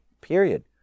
period